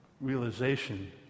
realization